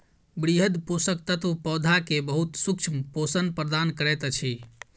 वृहद पोषक तत्व पौधा के बहुत सूक्ष्म पोषण प्रदान करैत अछि